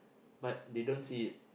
but they don't see it